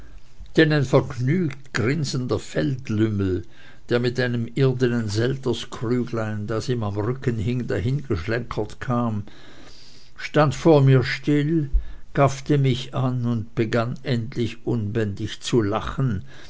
denn ein vergnügt grinsender feldlümmel der mit einem irdenen selterskrüglein das ihm am rücken hing dahergeschlenkert kam stand vor mir still gaffte mich an und begann endlich unbändig zu lachen